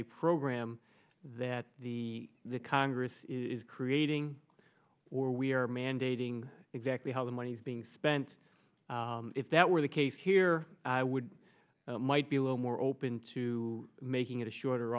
a program that the congress is creating or we are mandating exactly how the money's being spent if that were the case here i would might be a little more open to making it a shorter